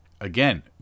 Again